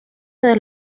desde